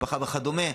משפחה וכדומה.